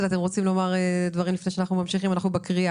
בבקשה.